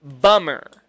bummer